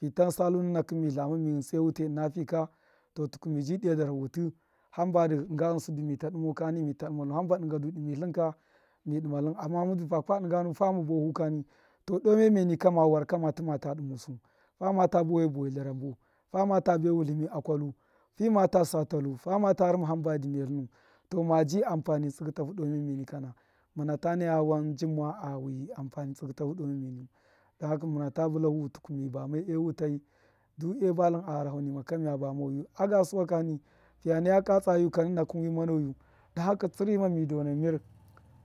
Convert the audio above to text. Fi tansa lu nina mi tlama mi ghṫntse wite ṫna fi ka to tu mi ji diya darhi wṫtṫ hamba dṫ dṫnga ghṫnsṫ du mita dmau kani mita dṫmau hamba dṫnga du dṫmṫ tlin kani mi dṫma tlṫn amma muddin fakwa dṫnga nu fama buwa fu kani to doo miya miyeni kama war kama luma ta dṫma su fawata bafe bawe lyarambu fama ta be wutlṫmiya kwalu fima ta sa talu fi ma tu rṫma himba dṫ miya tlṫnu to ma ji anfani tsṫgṫ tafu doo miya miye niya muna ta naya wan njima anfani a tsṫgṫ tahu doo miya miye niyu don haka muna ta bilahu tuku mi bame e wutai de e batlṫn a ghanaho nima ka miya bamoya a ga suwa kani fiya nay aka tsa yuk a wi manoyu haka tsṫrṫma mi dons mṫr